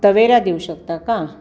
Tavera देऊ शकता का